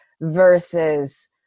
versus